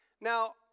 Now